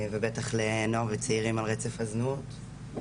ובטח לנוער וצעירים על רצף הזנות.